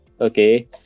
Okay